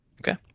Okay